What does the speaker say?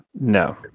No